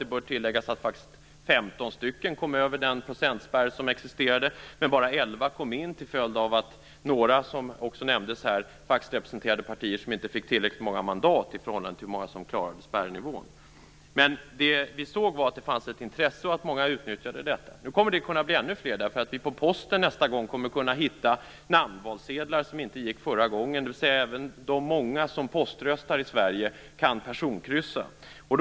Det bör tilläggas att 15 faktiskt kom över den procentspärr som existerade. Men bara 11 kom in till följd av att några - som också nämndes här - faktiskt representerade partier som inte fick tillräckligt många mandat i förhållande till hur många som klarade spärrnivån. Men vi såg att det fanns ett intresse och att många utnyttjade detta. Nu kommer det att kunna bli ännu fler. På posten kommer vi nästa gång att hitta namnvalsedlar. Det kunde vi inte förra gången. Även de många som poströstar i Sverige kan kryssa för personer.